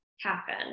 Happen